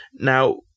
Now